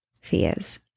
fears